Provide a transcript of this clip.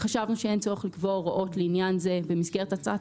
חשבנו שאין צורך לקבוע הוראות לעניין זה במסגרת הצעת